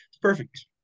Perfect